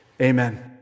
Amen